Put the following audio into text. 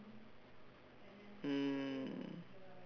mm